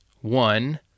one